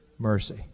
mercy